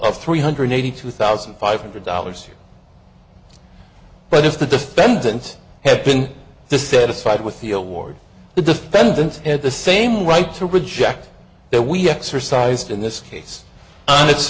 of three hundred eighty two thousand five hundred dollars but if the defendant had been dissatisfied with the award the defendant and the same like to reject that we exercised in this case on